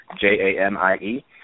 J-A-M-I-E